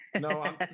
No